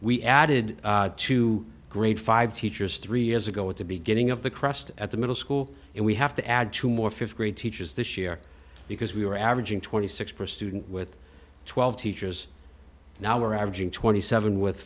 we added two grade five teachers three years ago at the beginning of the crust at the middle school and we have to add two more fifth grade teachers this year because we were averaging twenty six per student with twelve teachers now we're averaging twenty seven with